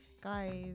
Guys